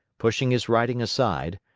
pushing his writing aside,